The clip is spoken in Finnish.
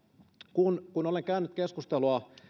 kun kun olen käynyt keskustelua